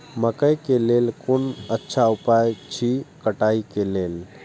मकैय के लेल कोन अच्छा उपाय अछि कटाई के लेल?